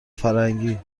فرنگی